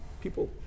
people –